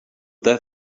that